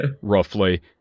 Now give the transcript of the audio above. roughly